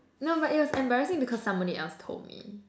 no but it was embarrassing because somebody else told me